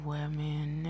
Women